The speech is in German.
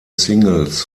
singles